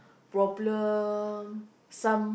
problem some